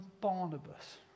Barnabas